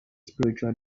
spiritual